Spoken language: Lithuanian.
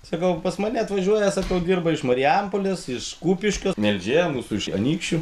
sakau pas mane atvažiuoja sakau dirba iš marijampolės iš kupiškio melžėja mūsų iš anykščių